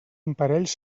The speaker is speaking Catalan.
imparells